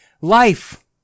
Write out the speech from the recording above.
Life